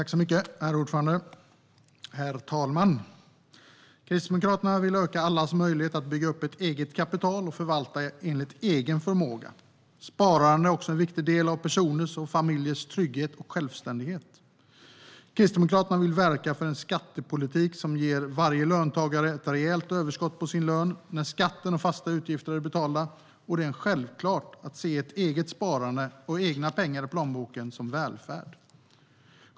Herr talman! Kristdemokraterna vill öka allas möjlighet att bygga upp ett eget kapital och förvalta enligt egen förmåga. Sparande är också en viktig del av personers och familjers trygghet och självständighet. Kristdemokraterna vill verka för en skattepolitik som ger varje löntagare ett rejält överskott på sin lön när skatten och fasta utgifter är betalda. Det är självklart att se eget sparande och egna pengar i plånboken som välfärd.